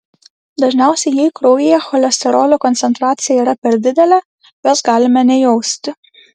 dažniausiai jei kraujyje cholesterolio koncentracija yra per didelė jos galime nejausti